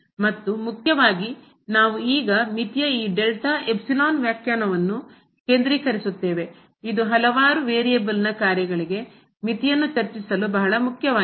ಮತ್ತು ಮುಖ್ಯವಾಗಿ ನಾವು ಈಗ ಮಿತಿಯ ಈ ಡೆಲ್ಟಾ ಎಪ್ಸಿಲಾನ್ ವ್ಯಾಖ್ಯಾನವನ್ನು ಕೇಂದ್ರೀಕರಿಸುತ್ತೇವೆ ಇದು ಹಲವಾರು ವೇರಿಯೇಬಲ್ನ ಕಾರ್ಯಗಳಿಗೆ ಮಿತಿಯನ್ನು ಚರ್ಚಿಸಲು ಬಹಳ ಮುಖ್ಯವಾಗಿದೆ